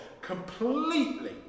Completely